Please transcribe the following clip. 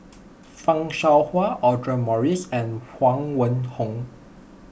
Fan Shao Hua Audra Morrice and Huang Wenhong